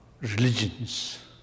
religions